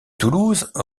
toulouse